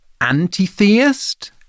anti-theist